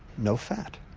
no-fat,